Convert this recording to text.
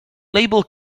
label